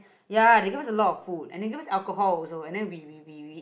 ya they gave us a lot of food and they gave us alcohol also and then we we we we